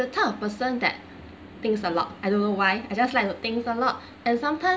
the type of person that thinks a lot I don't know why I just like to think a lot and sometimes